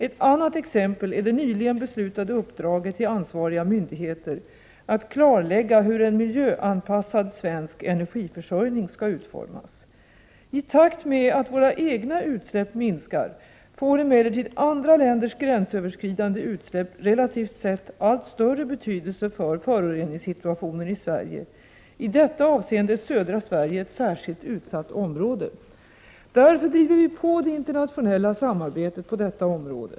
Ett annat exempel är det nyligen beslutade uppdraget till ansvariga myndigheter att klarlägga hur en miljöanpassad svensk energiförsörjning skall utformas. I takt med att våra egna utsläpp minskar får emellertid andra länders gränsöverskridande utsläpp relativt sett allt större betydelse för föroreningssituationen i Sverige. I detta avseende är södra Sverige ett särskilt utsatt område. Därför driver vi på det internationella samarbetet på detta område.